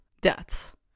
deaths